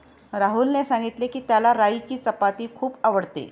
राहुलने सांगितले की, त्याला राईची चपाती खूप आवडते